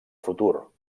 futur